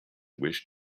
wish